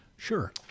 Sure